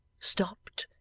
stopped,